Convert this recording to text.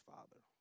Father